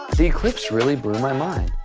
the eclipse really blew my mind.